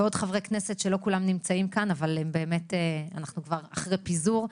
ועוד חברי כנסת שלא כולם נמצאים כאן אבל אנחנו כבר אחרי פיזור.